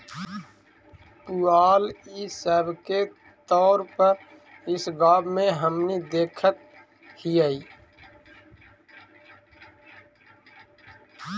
पुआल इ सब के तौर पर इस गाँव में हमनि देखऽ हिअइ